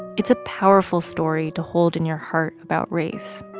it's a powerful story to hold in your heart about race.